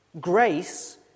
grace